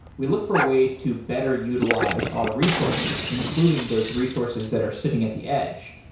we look for ways to better utilize our resources including those resources that are sitting at the edge,